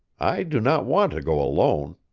i do not want to go alone.